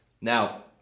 Now